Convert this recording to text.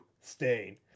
stain